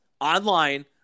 online